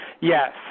Yes